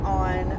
on